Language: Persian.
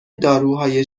داروهای